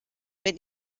wenn